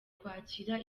kwakira